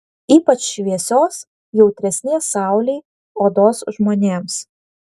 ypač šviesios jautresnės saulei odos žmonėms